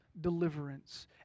deliverance